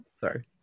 Sorry